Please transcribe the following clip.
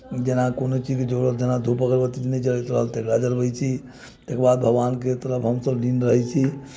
जेना कोनो चीजके जरूरत जेना धूप अगरबत्ती नहि जरैत रहल तऽ तकरा जरबैत छी तकर बाद भगवानके तरफ हमसभ निम्हैत छी